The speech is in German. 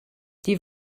die